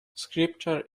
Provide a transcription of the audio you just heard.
scripture